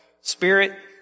Spirit